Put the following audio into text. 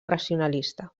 racionalista